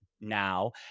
now